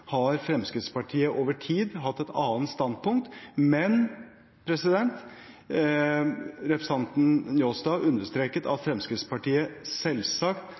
har Fremskrittspartiet over tid hatt et annet standpunkt. Men representanten Njåstad understreket at Fremskrittspartiet selvsagt